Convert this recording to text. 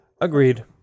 agreed